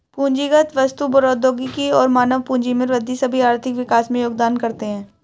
पूंजीगत वस्तु, प्रौद्योगिकी और मानव पूंजी में वृद्धि सभी आर्थिक विकास में योगदान करते है